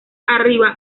arriba